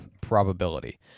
probability